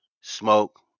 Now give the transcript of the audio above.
smoke